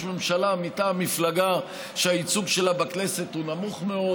ממשלה מטעם מפלגה שהייצוג שלה בכנסת הוא נמוך מאוד,